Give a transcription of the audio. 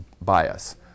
bias